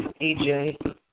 EJ